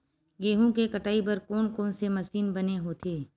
गेहूं के कटाई बर कोन कोन से मशीन बने होथे?